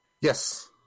Yes